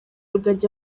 rugagi